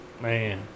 man